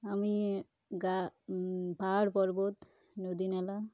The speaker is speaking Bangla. আমি গা পাহাড় পর্বত নদী নালা